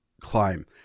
climb